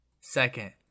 Second